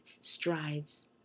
strides